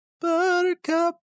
buttercup